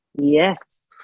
Yes